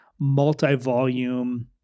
multi-volume